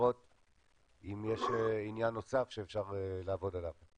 לראות אם יש עניין נוסף שאפשר לעבוד עליו.